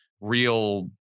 real